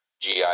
GI